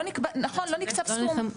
נכון, לא נקצב סכום.